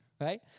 right